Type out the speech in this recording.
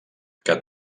que